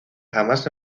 jamás